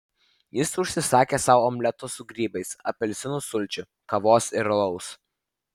jis užsisakė sau omleto su grybais apelsinų sulčių kavos ir alaus